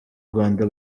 rwanda